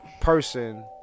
person